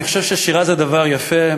אני חושב ששירה זה דבר יפה,